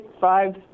five